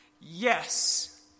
yes